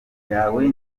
yawe